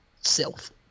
self